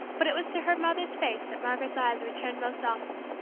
but it was to her mother's face that margaret's eyes returned most often,